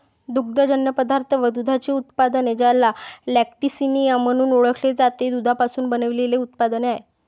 दुग्धजन्य पदार्थ व दुधाची उत्पादने, ज्याला लॅक्टिसिनिया म्हणून ओळखते, ते दुधापासून बनविलेले उत्पादने आहेत